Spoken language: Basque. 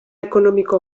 ekonomiko